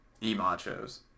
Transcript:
e-machos